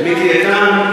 ואת מיקי איתן,